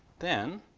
then